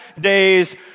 days